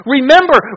Remember